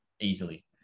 easily